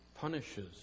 punishes